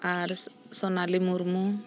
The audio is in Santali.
ᱟᱨ ᱥᱳᱱᱟᱞᱤ ᱢᱩᱨᱢᱩ